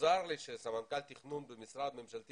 מוזר לי שסמנכ"ל תכנון במשרד ממשלתי